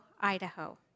Idaho